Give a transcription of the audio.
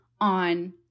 on